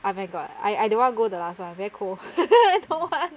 I beg god I I don't want to go the last [one] very cold I don't want